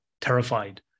terrified